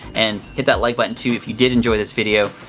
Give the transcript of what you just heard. and hit that like button too if you did enjoy this video.